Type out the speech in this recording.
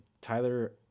tyler